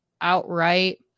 outright